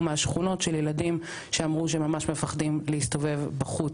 מהשכונות של ילדים שאמרו שהם ממש מפחדים להסתובב בחוץ,